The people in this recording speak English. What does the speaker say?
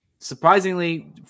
surprisingly